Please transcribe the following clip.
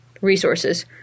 Resources